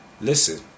listen